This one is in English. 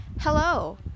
Hello